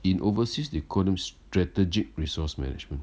in overseas they call them strategic resource management